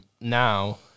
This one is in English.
now